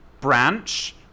branch